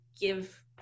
give